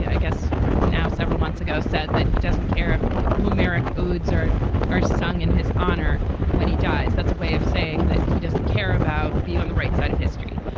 i guess now several months ago said that he doesn't care if homeric odes or are sung in his honor when he dies. that's a way of saying that he doesn't care about being on the right side of history.